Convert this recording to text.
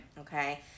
Okay